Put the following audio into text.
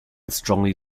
strongly